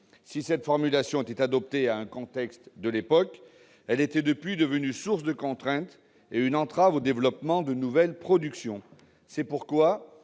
Si cette formulation était adaptée au contexte de l'époque, elle était depuis devenue source de contraintes et une entrave au développement de nouvelles productions. C'est pourquoi